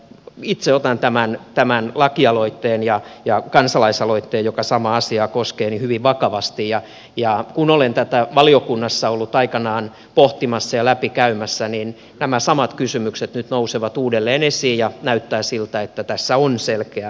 itse otan tämän lakialoitteen ja kansalaisaloitteen joka samaa asiaa koskee hyvin vakavasti ja kun olen tätä valiokunnassa ollut aikanaan pohtimassa ja läpikäymässä niin nämä samat kysymykset nyt nousevat uudelleen esiin ja näyttää siltä että tässä on selkeää korjaustarvetta